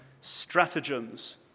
stratagems